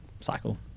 cycle